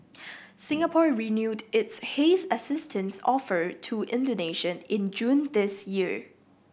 Singapore renewed its haze assistance offer to Indonesia in June this year